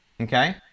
Okay